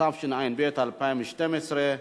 התשע"ב 2012,